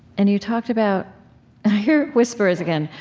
and you talked about here whisper is again.